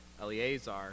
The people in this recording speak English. Eleazar